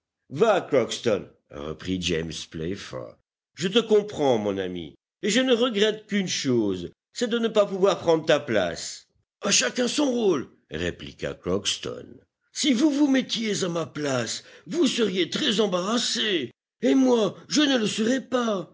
va crockston reprit james playfair je te comprends mon ami et je ne regrette qu'une chose c'est de ne pas pouvoir prendre ta place a chacun son rôle répliqua crockston si vous vous mettiez à ma place vous seriez très embarrassé et moi je ne le serai pas